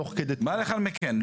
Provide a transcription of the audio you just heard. תוך כדי --- מה לאחר מכן?